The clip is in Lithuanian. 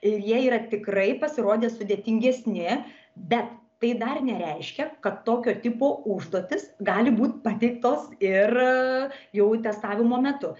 ir jie yra tikrai pasirodė sudėtingesni bet tai dar nereiškia kad tokio tipo užduotys gali būt pateiktos ir jau testavimo metu